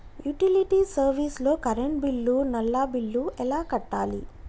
Utility service లో current bill, నల్లా bill ఎలా కట్టాలి?